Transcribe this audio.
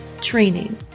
training